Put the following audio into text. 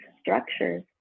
structures